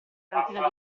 cantina